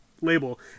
label